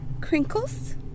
Crinkles